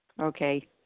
Okay